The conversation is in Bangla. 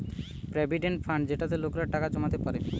প্রভিডেন্ট ফান্ড যেটাতে লোকেরা টাকা জমাতে পারে